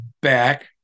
back